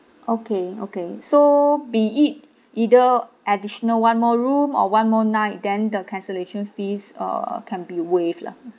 okay okay so be it either additional one more room or one more night then the cancellation fees uh can be waived lah